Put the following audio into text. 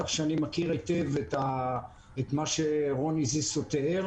כך שאני מכיר היטב את מה שרוני זיסו תיאר,